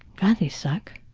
god, they suck.